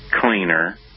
cleaner